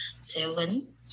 Seven